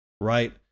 right